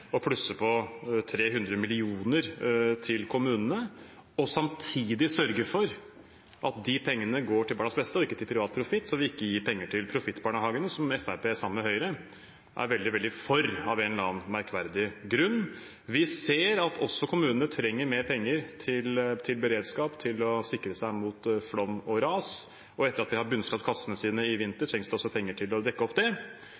å plusse på 300 mill. kr til kommunene og samtidig sørge for at de pengene går til barnas beste, ikke til privat profitt. Vi gir ikke penger til profittbarnehagene, som Fremskrittspartiet, sammen med Høyre, er veldig for, av en eller annen merkverdig grunn. Vi ser også at kommunene trenger mer penger til beredskap og til å sikre seg mot flom og ras. Etter at de har bunnskrapt kassene sine i vinter, trengs det penger til å dekke opp det.